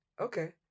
okay